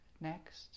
Next